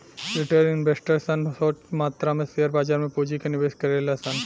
retail investor सन छोट मात्रा में शेयर बाजार में पूंजी के निवेश करेले सन